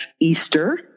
Easter